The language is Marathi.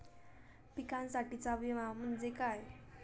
पिकांसाठीचा विमा म्हणजे काय?